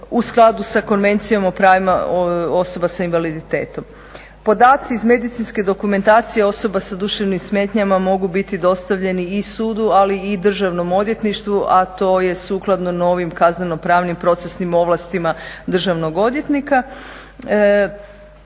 u skladu sa Konvencijom o pravima osoba sa invaliditetom. Podaci iz medicinske dokumentacije osoba sa duševnim smetnjama mogu biti dostavljeni i sudu, ali i Državnom odvjetništvu a to je sukladno novim kazneno-pravnim procesnim ovlastima državnog odvjetnika.